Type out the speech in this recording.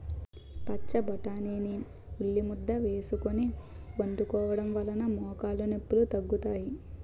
పచ్చబొటాని ని ఉల్లిముద్ద వేసుకొని వండుకోవడం వలన మోకాలు నొప్పిలు తగ్గుతాయి